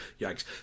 yikes